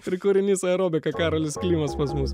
ir kūrinys aerobika karolis klimas pas mus